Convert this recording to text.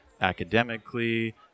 academically